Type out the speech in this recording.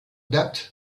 debt